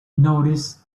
noticed